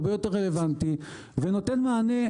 הרבה יותר רלוונטי ונותן מענה,